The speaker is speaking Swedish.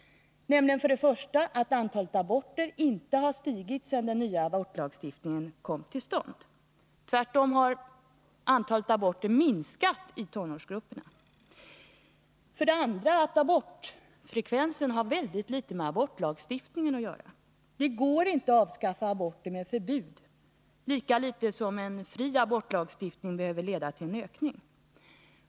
För det första har det totala antalet aborter inte stigit sedan den nya abortlagstiftningen kom till stånd. Tvärtom har antalet aborter i tonårsgrupperna minskat. För det andra har abortfrekvensen mycket litet med abortlagstiftningen att göra. Det går inte att avskaffa aborter med förbud lika litet som en fri abortlagstiftning behöver leda till en ökning.